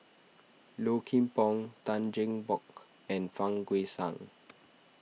Low Kim Pong Tan Cheng Bock and Fang Guixiang